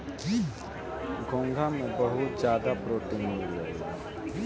घोंघा में बहुत ज्यादा प्रोटीन मिलेला